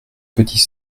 petits